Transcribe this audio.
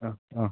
ആ ആ